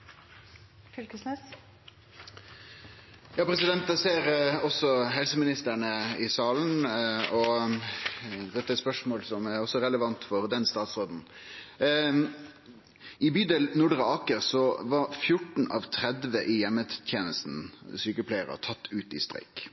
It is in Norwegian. i salen. Dette er eit spørsmål som også er relevant for den statsråden. I bydel Nordre Aker var 14 av 30 sjukepleiarar i heimetenesta tatt ut i streik.